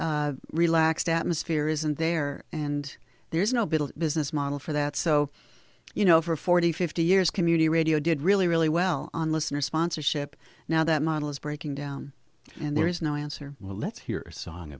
class relaxed atmosphere isn't there and there's no big business model for that so you know for forty fifty years community radio did really really well on listener sponsorship now that model is breaking down and there is no answer let's hear a song